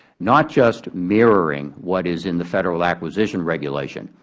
not just mirroring what is in the federal acquisition regulation,